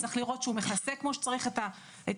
צריך לראות שהוא מכסה כמו שצריך את המצב,